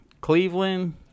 Cleveland